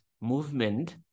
movement